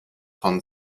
von